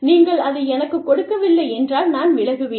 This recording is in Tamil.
நீங்கள் அதை எனக்குக் கொடுக்கவில்லை என்றால் நான் விலகுவேன்